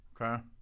Okay